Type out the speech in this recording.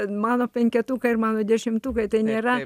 tad mano penketuką ir mano dešimtuką tai nėra